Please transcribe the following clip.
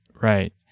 right